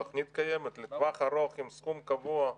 התוכנית קיימת, לטווח ארוך עם סכום קבוע.